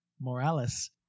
Morales